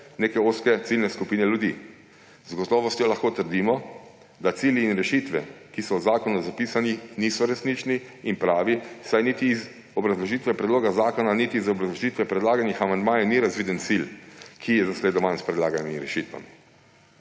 neke ozke ciljne skupine ljudi. Z gotovostjo lahko trdimo, da cilji in rešitve, ki so v zakonu zapisani, niso resnični in pravi, saj niti iz obrazložitve predloga zakona niti iz obrazložitve predlaganih amandmajev ni razviden cilj, ki je zasledovan s predlaganimi rešitvami.